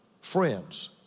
friends